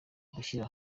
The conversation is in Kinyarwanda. gushyira